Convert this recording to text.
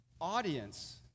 audience